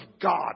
God